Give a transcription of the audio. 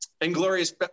*Inglorious*